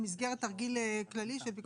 במסגרת תרגיל כללי של פיקוד העורף?